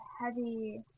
heavy